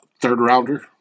third-rounder